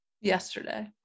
Yesterday